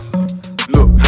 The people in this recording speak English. Look